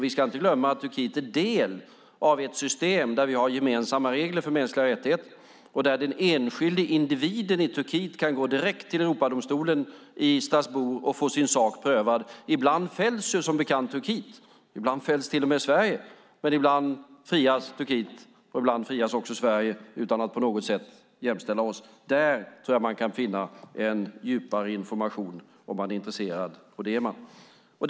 Vi ska inte glömma att Turkiet är del av ett system där vi har gemensamma regler för mänskliga rättigheter och där den enskilda individen i Turkiet kan gå direkt till Europadomstolen i Strasbourg och få sin sak prövad. Ibland fälls som bekant Turkiet. Ibland fälls till och med Sverige. Ibland frias Turkiet, och ibland frias också Sverige, utan att på några sätt jämställa länderna. Där tror jag att man kan finna en djupare information om man är intresserad, och det är man.